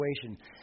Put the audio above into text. situation